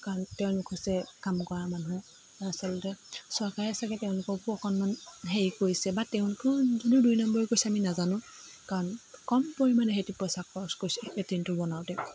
কাৰণ তেওঁলোক হৈছে কাম কৰা মানুহ আচলতে চৰকাৰে চাগে তেওঁলোককো অকণমান হেৰি কৰিছে বা তেওঁলোকেও যদি দুই নম্বৰী কৰিছে আমি নাজানো কাৰণ কম পৰিমাণে সিহঁতি পইচা খৰচ কৰিছে লেটিনটো বনাওঁতে